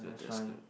that's why